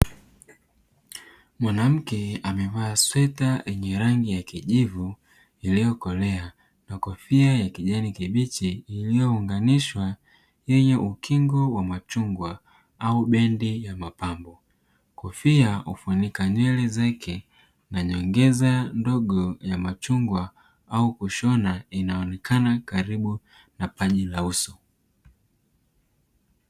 Mwanamke amevaa sweta lenye rangi ya kijivu iliyokolea na kofia ya kijani kibichi; iliyounganishwa yenye ukingo wa machungwa au bendi ya mapambo. Kofia hufunika nywele zake na nyongeza ndogo ya machungwa au kushona, inaonekana karibu na paji la uso.